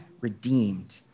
redeemed